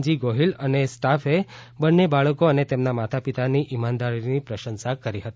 જી ગોહીલ અને સ્ટાફે બંને બાળકો અને તેમના માતા પિતાની ઈમાનદારીની પ્રશંસા કરી હતી